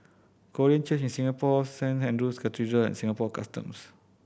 Korean Church in Singapore Saint Andrew's Cathedral and Singapore Customs